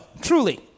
truly